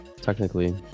technically